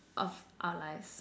of our lives